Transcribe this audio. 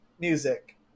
music